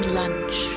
lunch